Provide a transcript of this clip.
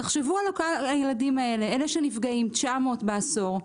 תחשבו על הילדים שנפגעים, 900 בעשור,